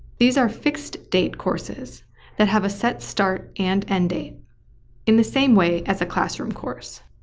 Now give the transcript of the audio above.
these are fixed-date courses that have a set start and end date in the same way as a classroom course.